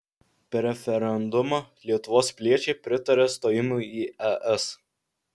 per referendumą lietuvos piliečiai pritarė stojimui į es